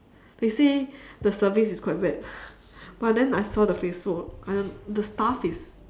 they say the service is quite bad but then I saw the facebook I don't the staff is